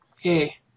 Hey